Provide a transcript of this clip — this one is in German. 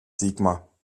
sigmar